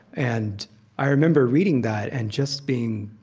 and i remember reading that and just being